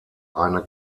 eine